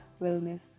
wellness